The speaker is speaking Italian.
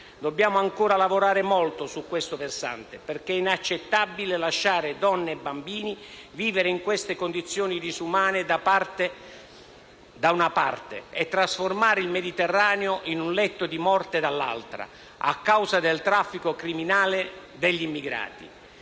Dobbiamo ancora lavorare molto su questo versante, perché è inaccettabile lasciare donne e bambini vivere in queste condizioni disumane - da una parte - e trasformare il Mediterraneo in un letto di morte - dall'altra - a causa del traffico criminale degli immigrati.